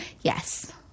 Yes